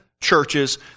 churches